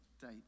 date